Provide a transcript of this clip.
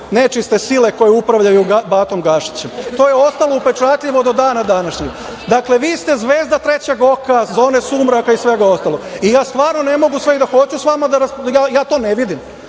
nečiste sile koje upravljaju Batom Gašićem. To je ostalo upečatljivo do dana današnjeg. Dakle, vi ste zvezda „Trećeg oka“, „Zone sumraka“ i svega ostalog. Stvarno ne mogu, sve i da hoću sa vama da raspravljam, ja to ne vidim.